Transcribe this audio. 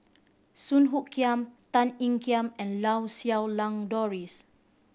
Song Hoot Kiam Tan Ean Kiam and Lau Siew Lang Doris